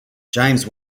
james